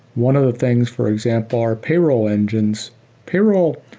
one of the things, for example, are payroll engines. payroll,